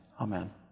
Amen